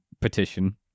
petition